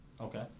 Okay